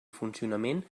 funcionament